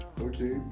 okay